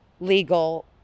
legal